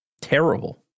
Terrible